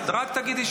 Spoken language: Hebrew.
אז רק תגידי.